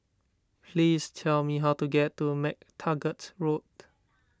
please tell me how to get to MacTaggart Road